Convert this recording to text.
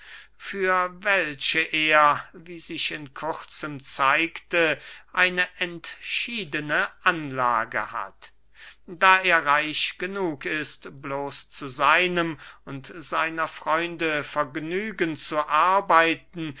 für welche er wie sich in kurzem zeigte eine entschiedene anlage hat da er reich genug ist bloß zu seinem und seiner freunde vergnügen zu arbeiten